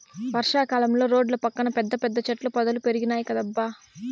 వర్షా కాలంలో రోడ్ల పక్కన పెద్ద పెద్ద చెట్ల పొదలు పెరిగినాయ్ కదబ్బా